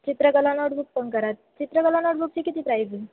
चित्रकला नोटबुक पण करा चित्रकला नोटबुकची किती प्राईज आहे